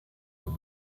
him